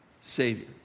Savior